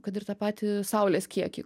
kad ir tą patį saulės kiekį